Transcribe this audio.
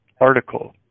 article